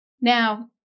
Now